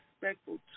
respectful